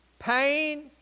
Pain